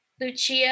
Lucia